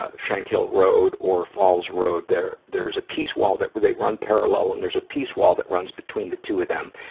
ah shankill road or falls road, there, there's a peace wall that, they run parallel and there's a peace wall that runs between the two of them.